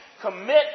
commit